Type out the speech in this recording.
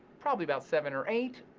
probably about seven, or eight,